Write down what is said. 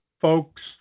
folks